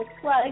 plug